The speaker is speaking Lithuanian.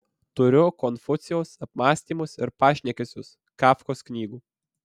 turiu konfucijaus apmąstymus ir pašnekesius kafkos knygų